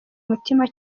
umutima